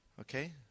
Okay